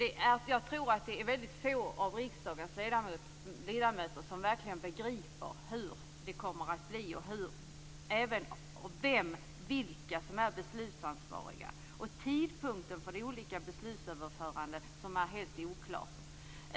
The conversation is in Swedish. Jag tror att det är väldigt få av riksdagens ledamöter som verkligen begriper hur det kommer att bli och vilka som är beslutsansvariga. Tidpunkten för de olika beslutsöverförandena är också helt oklar.